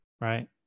Right